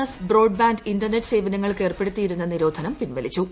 S broadband internet സേവനങ്ങൾക്ക് ഏർപ്പെടുത്തിയിരുന്ന നിരോധനം പ്പിൻവലിച്ചു